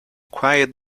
quiet